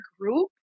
group